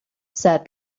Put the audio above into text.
said